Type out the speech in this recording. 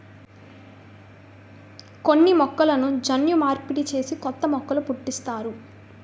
కొన్ని మొక్కలను జన్యు మార్పిడి చేసి కొత్త మొక్కలు పుట్టిస్తారు